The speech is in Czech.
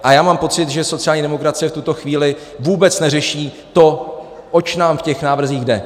A já mám pocit, že sociální demokracie v tuto chvíli vůbec neřeší to, oč nám v těch návrzích jde.